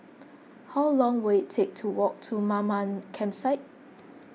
how long will it take to walk to Mamam Campsite